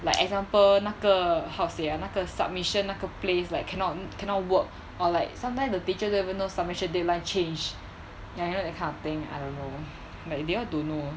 like example 那个 how say ah 那个 submission 那个 place like cannot cannot work or like sometime the teacher don't even know submission deadline change ya you know that kind of thing I don't know like they all don't know